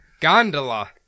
Gondola